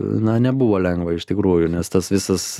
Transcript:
na nebuvo lengva iš tikrųjų nes tas visas